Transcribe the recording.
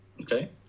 Okay